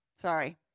Sorry